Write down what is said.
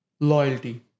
Loyalty